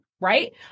right